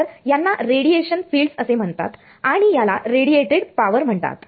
तर यांना radiation fields असे म्हणतात आणि याला रेडीएटेड पावर म्हणतात